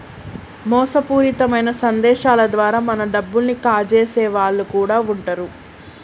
మోసపూరితమైన సందేశాల ద్వారా మన డబ్బుల్ని కాజేసే వాళ్ళు కూడా వుంటరు